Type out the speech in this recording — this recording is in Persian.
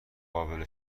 قابل